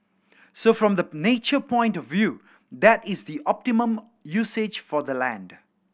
so from the nature point of view that is the optimum usage for the land